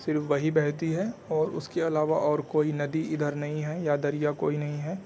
صرف وہی بہتی ہے اور اس کے علاوہ اور کوئی ندی ادھر نہیں ہے یا دریا کوئی نہیں ہے